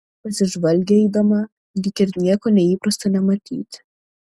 pasižvalgė eidama lyg ir nieko neįprasto nematyti